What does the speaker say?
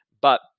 but-